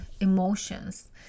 emotions